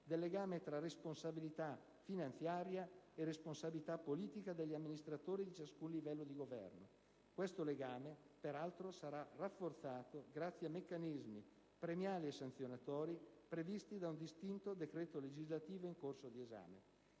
del legame tra responsabilità finanziaria e responsabilità politica degli amministratori di ciascun livello di governo. Questo legame, peraltro, sarà rafforzato grazie a meccanismi premiali e sanzionatori previsti dal distinto decreto legislativo in corso d'esame.